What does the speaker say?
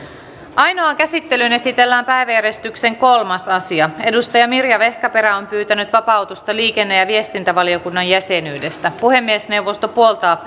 ainoaan käsittelyyn esitellään päiväjärjestyksen kolmas asia edustaja mirja vehkaperä on pyytänyt vapautusta liikenne ja viestintävaliokunnan jäsenyydestä puhemiesneuvosto puoltaa